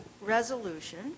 resolution